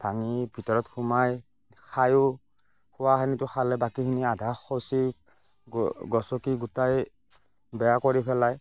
ভাঙি ভিতৰত সোমাই খাইয়ো খোৱাখিনিটো খালে বাকীখিনি আধা খচি গচকি গোটেই বেয়া কৰি পেলাই